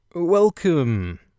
Welcome